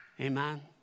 Amen